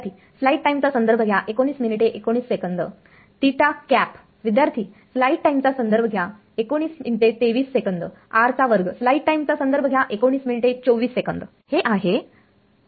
विद्यार्थी r चा वर्ग हे आहे